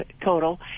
total